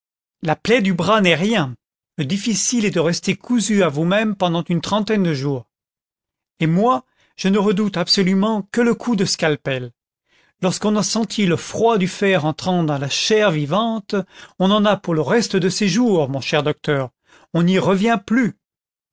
la plaie du bras n'est rien le difficile est de rester cousu à vous-même pendant une trentaine de jours et moi je ne redoute absolument que le coup de scalpel lorsqu'on a senti le froid du fer entrant dans la chair vivante on en a pour le reste de ses jours mon cher docteur on n'y revient plsu